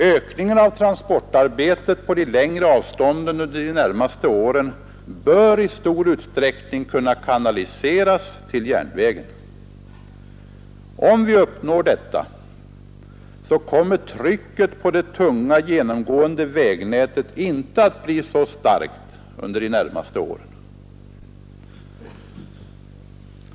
Ökningen av transportarbetet på de längre avstånden under de närmaste åren bör i stor utsträckning kunna kanaliseras till järnvägen. Om vi uppnår detta, kommer trycket på det tunga, genomgående vägnätet inte att bli så starkt under den närmaste framtiden.